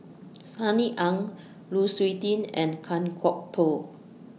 Sunny Ang Lu Suitin and Kan Kwok Toh